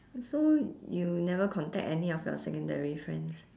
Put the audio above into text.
so you never contact any of your secondary friends